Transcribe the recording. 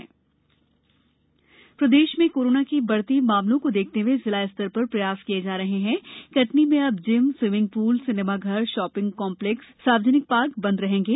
प्रदेश corona प्रदेश में corona के बढ़ते मामलों को देखते हए जिला स्तर पर प्रयास किये जा रहे हैं कटनी में अब जिम स्वीमिंग पुल सिनेमाघर शॉपिंग काम्प्लेक्स सार्वजनिक पार्क बंद रहेंगे